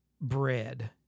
bread